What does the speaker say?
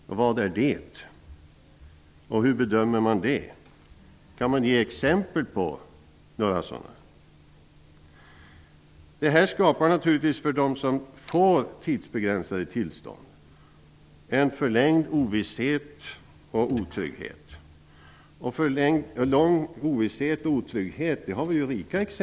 Vilka kriser är det, och hur bedömer man det? Finns det några exempel på sådana? För dem som får tidsbegränsade tillstånd skapar systemet en förlängd ovisshet och otrygghet. Det finns rika exempel på alltför lång tid av otrygghet och ovisshet.